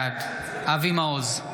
בעד אבי מעוז,